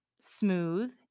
smooth